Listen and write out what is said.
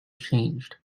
changed